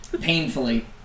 Painfully